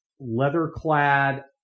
leather-clad